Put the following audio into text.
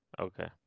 Okay